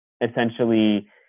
essentially